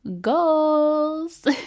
goals